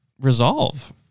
resolve